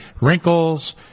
wrinkles